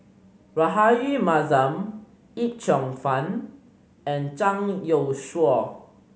Rahayu Mahzam Yip Cheong Fun and Zhang Youshuo